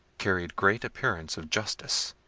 carried great appearance of justice,